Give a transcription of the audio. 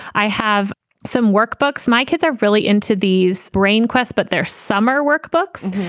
i have some workbooks. my kids are really into these brain quests, but their summer workbooks,